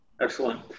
Excellent